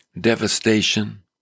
devastation